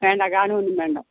വേണ്ട കാണുവൊന്നും വേണ്ട